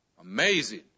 amazing